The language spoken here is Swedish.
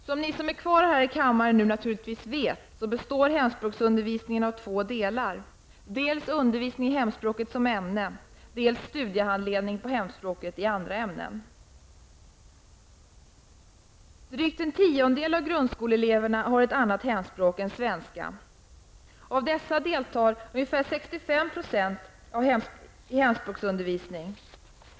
Som ni som är kvar här i kammaren nu naturligtvis vet, består hemspråksundervisningen av två delar: Drygt en tiondel av grundskoleeleverna har ett annat hemspråk än svenska. Av dessa deltar ungefär 65 % i hemspråkundervisningen.